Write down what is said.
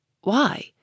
Why